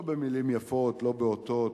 לא במלים יפות, לא באותות,